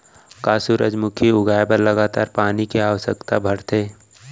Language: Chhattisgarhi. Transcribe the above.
का सूरजमुखी उगाए बर लगातार पानी के आवश्यकता भरथे?